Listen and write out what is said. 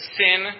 sin